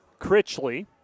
Critchley